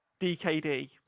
DKD